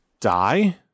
Die